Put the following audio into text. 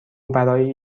برای